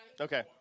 okay